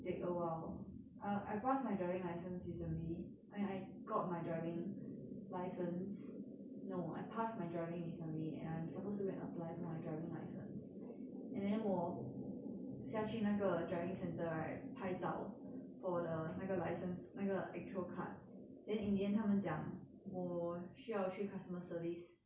take a while I passed my driving license recently I mean I got my driving license no I passed my driving recently and I'm supposed to go and apply for my driving license and then 我下去那个 driving centre right 拍照 for the 那个 license 那个 actual card then in the end 他们讲我需要去 customer service